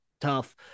tough